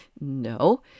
no